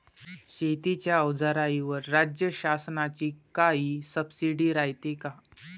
शेतीच्या अवजाराईवर राज्य शासनाची काई सबसीडी रायते का?